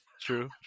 True